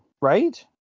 right